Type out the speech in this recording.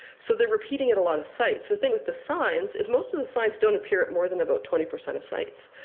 so they're repeating at a lot of sites. the thing with the signs is most of the signs don't appear at more than about twenty percent of sites.